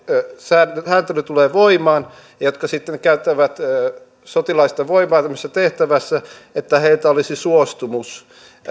sääntely sääntely tulee voimaan ja joka sitten käyttää sotilaallista voimaa tämmöisessä tehtävässä olisi suostumus